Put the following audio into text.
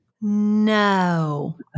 No